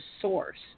source